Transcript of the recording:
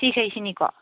ꯁꯤ ꯃꯈꯩꯁꯤꯅꯤꯀꯣ